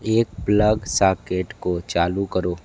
एक plug socket को चालू करो